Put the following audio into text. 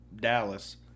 Dallas